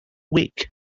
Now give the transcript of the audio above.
week